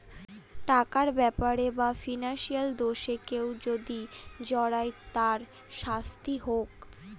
টাকার ব্যাপারে বা ফিনান্সিয়াল দোষে কেউ যদি জড়ায় তার শাস্তি হোক